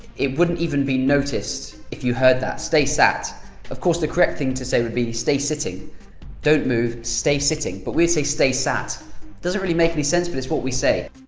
it wouldn't even be noticed if you heard that stay sat of course the correct thing to say would be, stay sitting don't move. stay sitting' but we say, stay sat deosn't really make any sense, but it's what we say